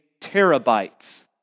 terabytes